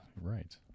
right